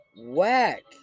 Whack